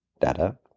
data